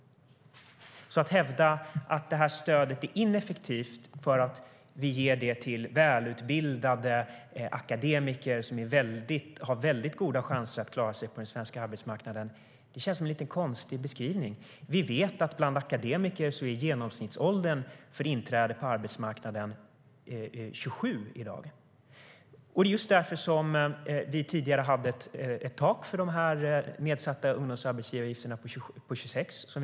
Att hävda att stödet är ineffektivt för att vi ger det till välutbildade akademiker med väldigt goda chanser att klara sig på den svenska arbetsmarknaden känns därför som en konstig beskrivning. Vi vet att genomsnittsåldern för inträde på arbetsmarknaden i dag är 27 år bland akademiker. Det är just därför vi tidigare hade ett tak för de nedsatta ungdomsarbetsgivaravgifterna på 26 år.